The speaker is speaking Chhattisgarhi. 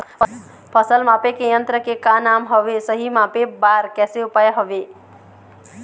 फसल मापे के यन्त्र के का नाम हवे, सही मापे बार कैसे उपाय हवे?